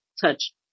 touch